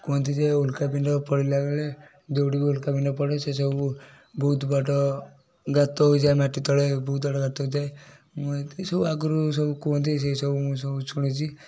କୁହନ୍ତି ଯେ ଉଲ୍କା ପିଣ୍ଡ ପଡ଼ିଲା ବେଳେ ଯେଉଁଠି ବି ଉଲ୍କା ପିଣ୍ଡ ପଡ଼େ ସେ ସବୁ ବହୁତ ବଡ଼ ଗାତ ହୋଇଯାଏ ମାଟି ତଳେ ବହୁତ ଗାତ ହୋଇଥାଏ ମୁଁ ଯେତିକି ସବୁ ଆଗରୁ ସବୁ କୁହନ୍ତି ସେଇ ସବୁ ମୁଁ ସବୁ ଶୁଣିଛି